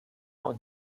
und